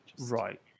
Right